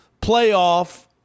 playoff